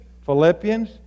Philippians